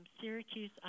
Syracuse